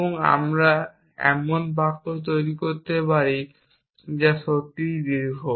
এবং আমরা এমন বাক্য তৈরি করতে পারি যা সত্যিই দীর্ঘ